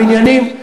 הבניינים,